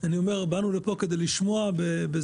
באנו לפה כדי לשמוע.